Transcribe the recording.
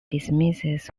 dismisses